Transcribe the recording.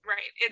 Right